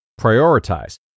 Prioritize